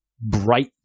bright